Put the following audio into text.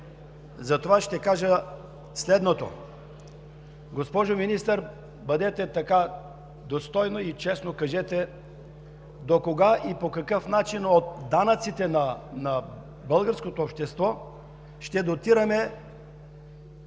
затова ще кажа следното. Госпожо Министър, достойно и честно кажете: докога и по какъв начин от данъците на българското общество ще дотираме